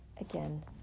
again